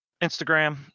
instagram